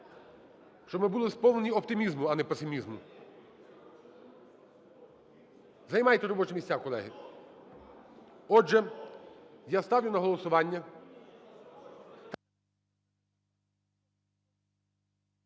щоб ми були сповнені оптимізму, а не песимізму. Займайте робочі місця, колеги. Отже, я ставлю на голосування…